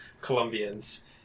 Colombians